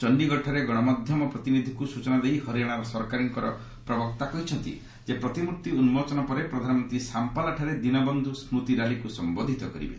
ଚଣ୍ଡୀଗଡ଼ଠାରେ ଗଣମାଧ୍ୟମ ପ୍ରତିନିଧିଙ୍କୁ ସୂଚନା ଦେଇ ହରିୟାଣାର ସରକାରୀ ପ୍ରବକ୍ତା କହିଛନ୍ତି ଯେ ପ୍ରତିମୂର୍ତ୍ତି ଉନ୍ଦୋଚନ ପରେ ପ୍ରଧାନମନ୍ତ୍ରୀ ସାମ୍ପ୍ଲାଠାରେ ଦୀନବନ୍ଧ୍ର ସୁତି ର୍ୟାଲିକୁ ସମ୍ଭୋଧିତ କରିବେ